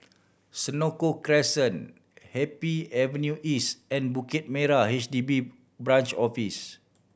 Senoko Crescent Happy Avenue East and Bukit Merah H D B Branch Office